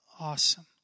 Awesome